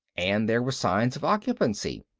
and there were signs of occupancy,